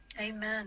Amen